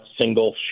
single